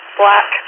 black